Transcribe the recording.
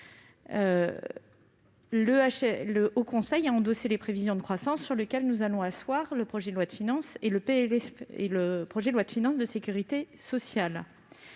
le Haut Conseil a endossé les prévisions de croissance, sur lesquelles nous allons asseoir le projet de loi de finances et le projet de loi de financement de la sécurité sociale.